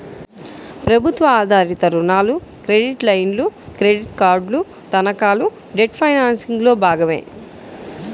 ప్రభుత్వ ఆధారిత రుణాలు, క్రెడిట్ లైన్లు, క్రెడిట్ కార్డులు, తనఖాలు డెట్ ఫైనాన్సింగ్లో భాగమే